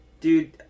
Dude